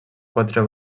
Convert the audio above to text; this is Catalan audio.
quatre